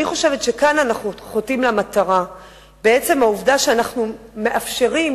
אני חושבת שכאן אנחנו חוטאים למטרה בעצם העובדה שאנחנו מאפשרים,